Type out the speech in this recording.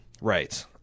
Right